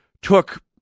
took